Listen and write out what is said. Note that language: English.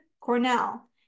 Cornell